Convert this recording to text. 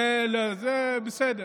בסדר.